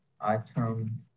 Item